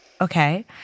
okay